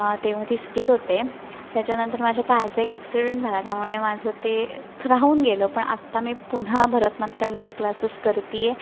तेव्हा तिसरीत होते त्याच्यानंतर माझ्या पायाचा एक ॲक्सिडेंट झाला त्यामुळे माझं ते राहून गेलं ते पण आत्ता मी पुन्हा भरतनाट्यमचे क्लासेस करते आहे